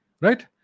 right